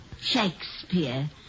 Shakespeare